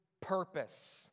purpose